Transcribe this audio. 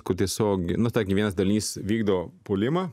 kur tiesiog nu tarkim vienas dalinys vykdo puolimą